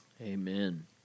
Amen